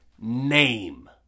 name